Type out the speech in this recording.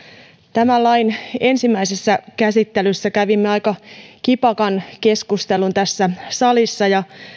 tämän lain ensimmäisessä käsittelyssä kävimme aika kipakan keskustelun tässä salissa ja